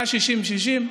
היה 60 60,